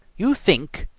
you think,